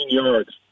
yards